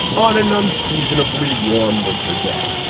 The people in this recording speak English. on an unseasonably warm winter day,